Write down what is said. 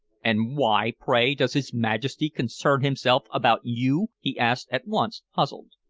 and why, pray, does his majesty concern himself about you? he asked, at once puzzled.